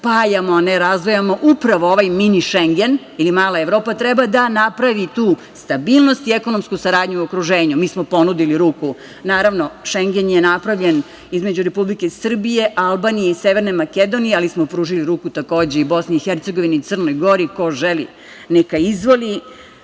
a ne razdvajamo. Upravo ovaj „mini Šengen“ i mala Evropa treba da napravi tu stabilnosti i ekonomsku saradnju u okruženju. Naravno, Šengen je napravljen između Republike Srbije, Albanije i Severne Makedonije, ali smo pružili ruku takođe i Bosni i Hercegovini i Crnoj Gori. Ko želi neka izvoli. Gradi